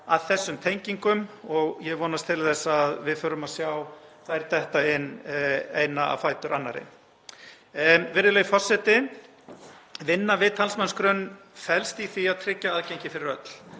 að þessum tengingum og ég vonast til þess að við förum að sjá þær detta inn eina af annarri. Virðulegi forseti. Vinna við talsmannsgrunn felst í því að tryggja aðgengi fyrir öll.